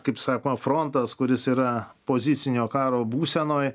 kaip sako frontas kuris yra pozicinio karo būsenoj